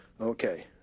Okay